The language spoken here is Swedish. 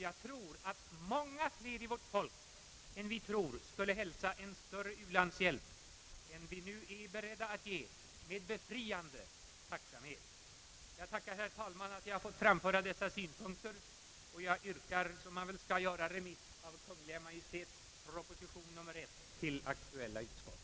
Jag tror att många fler av vårt folk än vi anar skulle hälsa en större u-landshjälp än vi nu är beredda att ge med befriande tacksamhet. Jag tackar, herr talman, för att jag har fått framföra dessa synpunkter, och jag yrkar, som man väl skall göra, remiss av Kungl. Maj:ts proposition nr 1 till aktuella utskott.